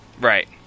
right